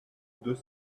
deux